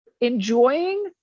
enjoying